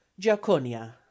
giaconia